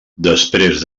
després